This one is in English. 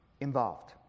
involved